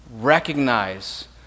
recognize